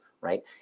right